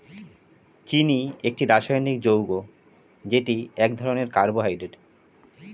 চিনি একটি রাসায়নিক যৌগ যেটি এক ধরনের কার্বোহাইড্রেট